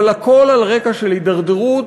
אבל הכול על רקע של הידרדרות